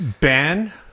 Ben